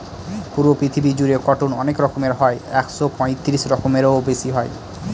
পুরো পৃথিবী জুড়ে কটন অনেক রকম হয় একশো পঁয়ত্রিশ রকমেরও বেশি হয়